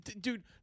Dude